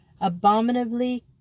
abominably